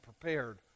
prepared